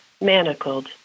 manacled